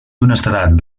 honestedat